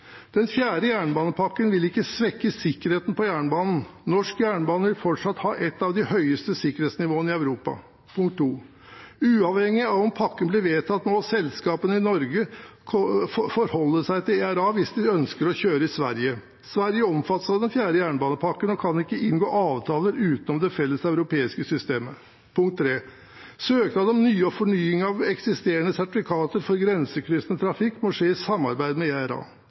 Den fjerde jernbanepakken vil ikke svekke sikkerheten på jernbanen. Norsk jernbane vil fortsatt ha et av de høyeste sikkerhetsnivåene i Europa. Uavhengig av om pakken blir vedtatt, må selskapene i Norge forholde seg til ERA hvis de ønsker å kjøre i Sverige. Sverige omfattes av den fjerde jernbanepakken og kan ikke inngå avtaler utenom det felles europeiske systemet. Søknad om nye og fornying av eksisterende sertifikater for grensekryssende trafikk må skje i samarbeid med